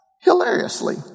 hilariously